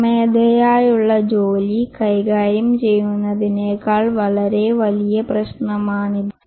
സ്വമേധയാലുള്ള ജോലി കൈകാര്യം ചെയ്യുന്നതിനേക്കാൾ വളരെ വലിയ പ്രശ്നമാണിത്